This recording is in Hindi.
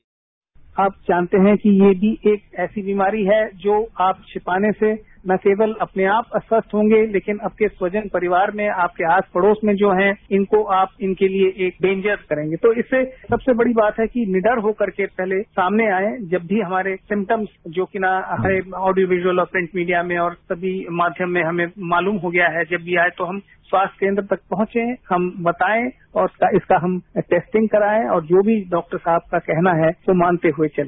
बाईट आप जानते है कि ये भी एक ऐसी बीमारी है जो आप छिपाने से न केवल अपने आप अस्वस्थ होंगे लेकिन आपके स्वजन परिवार में आपके आस पड़ोस में जो है इनको आप इनके लिए एक डेन्जर्स करेंगे तो इससे सबसे बड़ी बात है कि निडर होकर के सामने आए जब भी हमारे सिमटम्स जो कि ऑडियो विजुअल प्रिंट मीडिया में और सभी माध्यम में हमें मालूम हो गया है कि जब ये आये तो हम स्वास्थ्य केन्द्र तक पहुंचे हम बताए और इसका हम टैस्टिंग कराए और जो भी डॉक्टर साहब का कहना है वो मानते हुए चले